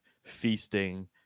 feasting